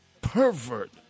pervert